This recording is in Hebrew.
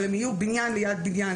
אבל הם יהיו בניין ליד בניין,